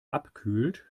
abkühlt